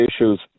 issues